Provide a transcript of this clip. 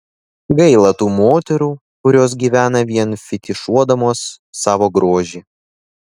gaila tų moterų kurios gyvena vien fetišuodamos savo grožį